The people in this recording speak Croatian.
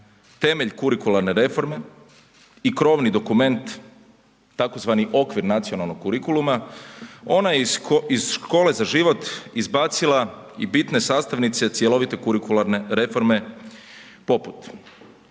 temelj kurikularne reforme i krovni dokument, tzv. okvir nacionalnog kurikuluma, ona je iz Škole za život izbacila i bitne sastavnice cjelovite kurikularne reforme poput,